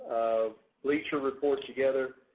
bleacher reports together,